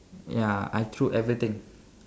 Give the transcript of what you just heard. ya I threw everything